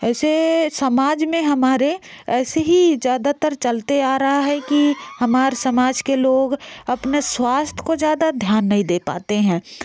ऐसे समाज में हमारे ऐसे ही ज़्यादातर चलते आ रहा है कि हमारे समाज के लोग अपने स्वास्थ्य को ज़्यादा ध्यान नहीं दे पाते हैं